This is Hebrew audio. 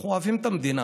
אנחנו אוהבים את המדינה,